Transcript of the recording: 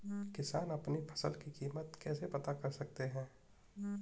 किसान अपनी फसल की कीमत कैसे पता कर सकते हैं?